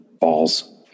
Balls